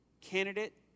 candidate